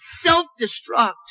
self-destruct